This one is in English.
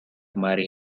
marry